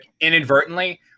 inadvertently